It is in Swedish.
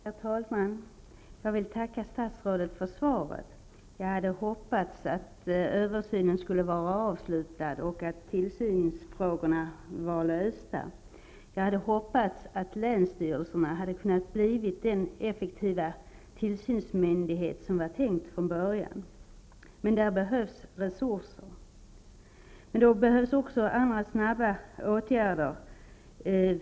Herr talman! Jag vill tacka statsrådet för svaret. Jag hade hoppats att översynen skulle vara avslutad och tillsynsfrågorna lösta. Jag hade hoppats att länsstyrelserna skulle kunna bli de effektiva tillsynsmyndigheter som var tänkt från början. För detta behövs resurser, men också andra snabba åtgärder.